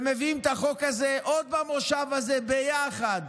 ומביאים את החוק הזה עוד במושב הזה ביחד,